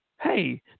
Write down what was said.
Hey